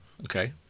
okay